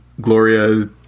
Gloria